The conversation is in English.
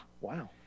Wow